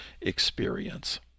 experience